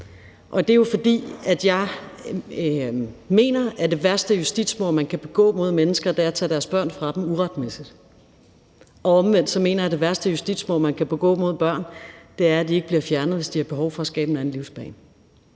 Det er jo, fordi jeg mener, at det værste justitsmord, man kan begå mod mennesker, er at tage deres børn fra dem uretmæssigt. Omvendt mener jeg, at det værste justitsmord, man kan begå mod børn, er ikke at fjerne dem, hvis de har behov for at få skabt en anden livsbane.